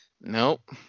Nope